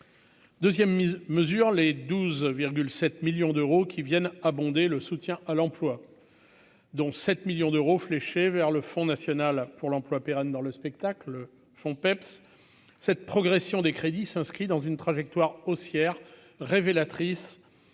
mise mesure les 12,7 millions d'euros qui viennent abonder le soutien à l'emploi, dont 7 millions d'euros fléché vers le Front national pour l'emploi pérenne dans le spectacle, son peps cette progression des crédits s'inscrit dans une trajectoire haussière révélatrice